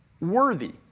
worthy